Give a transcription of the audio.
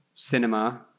cinema